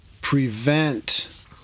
prevent